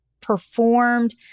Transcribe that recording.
performed